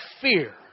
fear